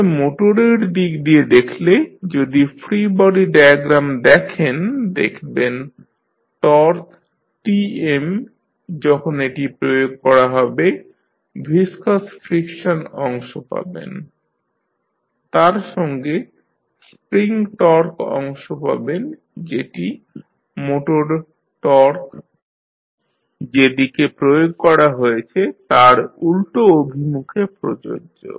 তাহলে মোটরের দিক দিয়ে দেখলে যদি ফ্রী বডি ডায়াগ্রাম দেখেন দেখবেন টর্ক Tm যখন এটি প্রয়োগ করা হবে ভিসকাস ফ্রিকশন অংশ পাবেন তার সঙ্গে স্প্রিং টর্ক অংশ পাবেন যেটি মোটর টর্ক যেদিকে প্রয়োগ করা হয়েছে তার উল্টো অভিমুখে প্রযোজ্য